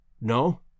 No